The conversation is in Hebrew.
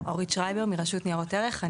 אורית שרייבר מהרשות לניירות ערך.